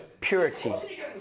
purity